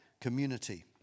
community